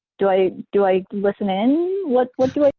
do i do i listen in? what what do i